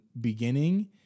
beginning